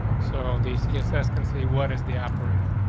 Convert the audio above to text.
so the css quincy what is the operator?